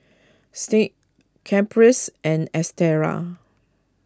Signe Caprice and Estela